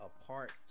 apart